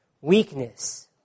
Weakness